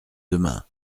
demain